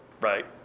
right